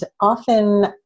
often